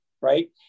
right